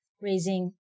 raising